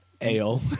Ale